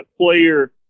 player